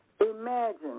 Imagine